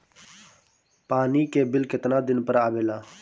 पानी के बिल केतना दिन पर आबे ला?